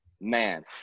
man